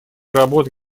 работы